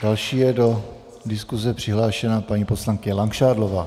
Další je do diskuse přihlášena paní poslankyně Langšádlová.